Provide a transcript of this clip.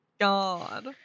God